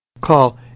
Call